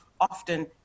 often